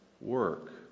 work